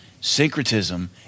Syncretism